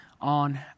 on